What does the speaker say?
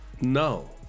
No